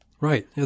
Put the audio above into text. Right